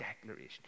declaration